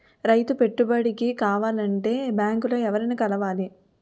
రైతు పెట్టుబడికి కావాలంటే బ్యాంక్ లో ఎవరిని కలవాలి?